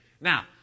Now